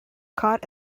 caught